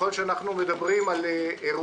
כבר לא מדובר ביומיים של גשם בשנה,